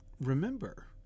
remember